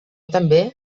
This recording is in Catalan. també